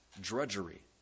drudgery